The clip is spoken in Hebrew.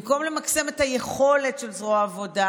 במקום למקסם את היכולת של זרוע העבודה,